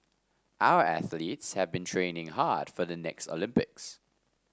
our athletes have been training hard for the next Olympics